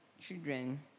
children